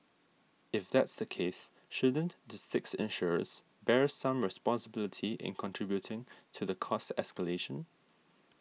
if that's the case shouldn't the six insurers bear some responsibility in contributing to the cost escalation